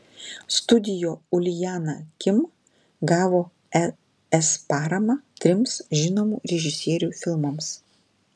studio uljana kim gavo es paramą trims žinomų režisierių filmams